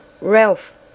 Ralph